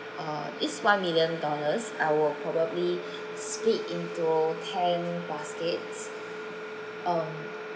uh each one million dollars I will probably split into ten baskets um